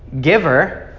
giver